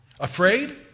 Afraid